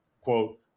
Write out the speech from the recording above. quote